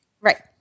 Right